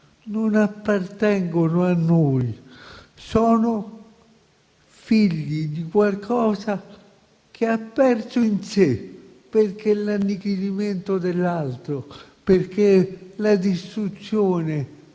non appartengono a noi, sono figlie di qualcosa che ha perso in sé. L'annichilimento dell'altro e la distruzione